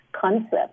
concept